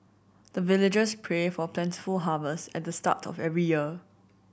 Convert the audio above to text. the villagers pray for plentiful harvest at the start of every year